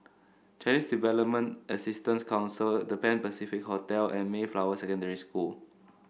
Chinese Development Assistance Council The Pan Pacific Hotel and Mayflower Secondary School